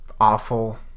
awful